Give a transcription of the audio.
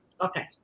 Okay